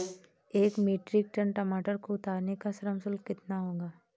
एक metric ton टमाटर को उतारने का श्रम शुल्क कितना होगा?